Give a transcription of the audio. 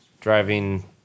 driving